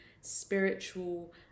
spiritual